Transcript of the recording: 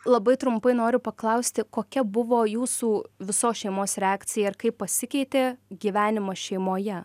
labai trumpai noriu paklausti kokia buvo jūsų visos šeimos reakcija ir kaip pasikeitė gyvenimas šeimoje